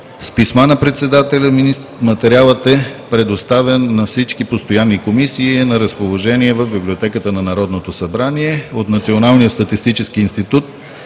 С писма на председателя материалът е предоставен на всички постоянни комисии и е на разположение в Библиотеката на Народното събрание. От Националния статистически институт